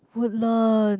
Woodlands